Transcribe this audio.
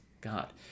God